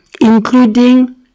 including